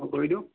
অঁ কৰি দিয়ক